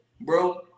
bro